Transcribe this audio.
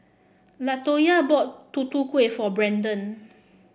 Latoya bought Tutu Kueh for Brandan